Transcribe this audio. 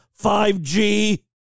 5G